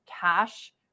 cash